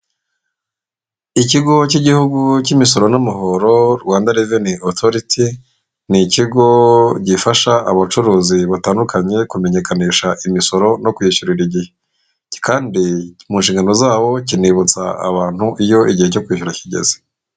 Ikigo cy'igihugu cy'imisoro n'amahoro Rwanda Reveni osoriti, ni ikigo gifasha abacuruzi batandukanye kumenyekanisha imisoro no kwishyurira igihe, kandi mu nshingano zabo kinibutsa abantu iyo igihe cyo kwishyura kigeze.